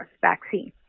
vaccine